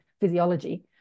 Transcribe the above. physiology